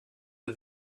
des